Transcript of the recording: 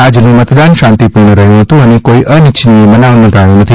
આજનું મતદાન શાંતિ પૂર્ણ રહ્યું હતું અને કોઈ અનિચ્છનીય બનાવ નોંધાયો નથી